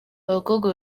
abakobwa